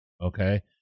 okay